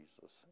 Jesus